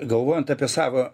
galvojant apie savo